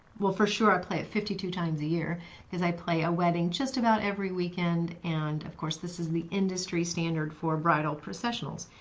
well for sure, i play it fifty two times a year because i play a wedding just about every weekend. and of course, this is the industry standard for bridal processionals.